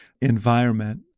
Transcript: environment